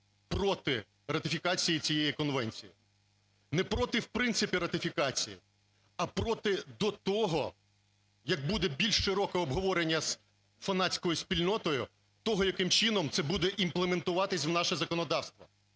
проти ратифікації цієї конвенції. Не проти в принципі ратифікації, а проти до того, як буде більш широке обговорення з фанатською спільнотою того, яким чином це буде імплементуватись в наше законодавство.